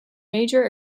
major